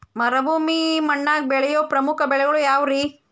ಮರುಭೂಮಿ ಮಣ್ಣಾಗ ಬೆಳೆಯೋ ಪ್ರಮುಖ ಬೆಳೆಗಳು ಯಾವ್ರೇ?